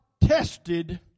tested